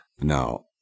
now